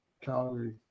Calgary